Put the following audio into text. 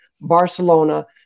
Barcelona